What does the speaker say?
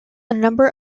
number